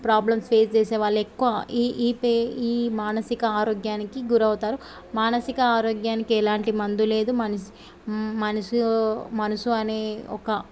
problem face చేసేవాళ్ళు ఎక్కువ ఈ పే ఈ మానసిక ఆరోగ్యానికి గురవుతారు మానసిక ఆరోగ్యానికి ఎలాంటి మందు లేదు మనిసి మనసు మనసు అనే ఒక